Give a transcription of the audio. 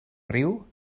riu